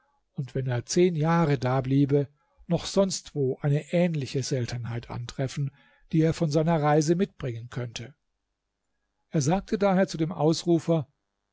und wenn er zehn jahre da bliebe noch sonstwo eine ähnliche seltenheit antreffen die er von seiner reise mitbringen könnte er sagte daher zu dem ausrufer